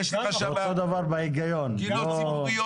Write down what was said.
לפעמים גם יותר בגלל כל הבעיות,